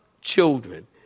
children